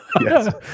Yes